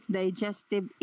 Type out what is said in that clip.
digestive